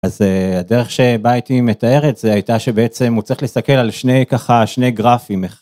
אז הדרך שבה הייתי מתאר את, הייתה שבעצם הוא צריך להסתכל על שני, ככה שני גרפים.